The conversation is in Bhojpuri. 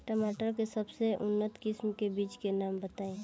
टमाटर के सबसे उन्नत किस्म के बिज के नाम बताई?